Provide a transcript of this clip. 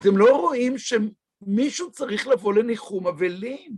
אתם לא רואים שמישהו צריך לבוא לניחום אבלים?